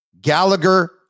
Gallagher